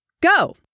go